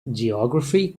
geography